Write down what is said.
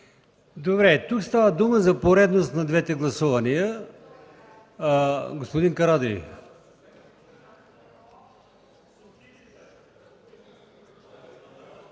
Добре, става дума за поредност на двете гласувания. Господин Карадайъ,